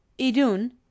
Idun